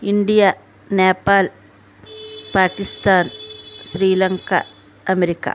India Nepal Pakistan Sri Lanka America